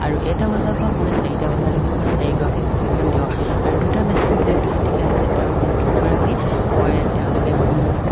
আৰু এটা বজাৰ পৰা মই চাৰিটা বজালৈকে মই চাৰিগৰাকীক প্ৰশিক্ষণ দিয়াওঁ আৰু দুটা মেচিন যে তেহেঁতিকে আছে তেওঁৰ মই তেওঁলোকে মোৰ